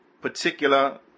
particular